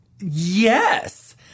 Yes